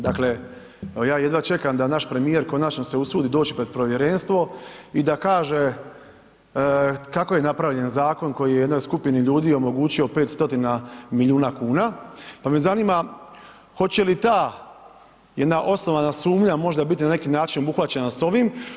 Dakle, ja jedva čekam da naš premijer konačno se usudi doći pred povjerenstvo i da kaže kako je napravljen zakon koji je jednoj skupini ljudi omogućio 5 stotina milijuna kuna, pa me zanima hoće li ta jedna osnovana sumnja možda biti na neki način obuhvaćena s ovim?